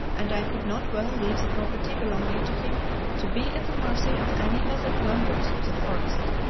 and i could not well leave the property belonging to him to be at the mercy of any other plunderers of the forest.